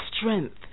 strength